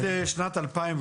עד לשנת 2008